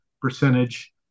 percentage